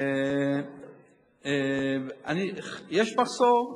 הוא שיש מחסור.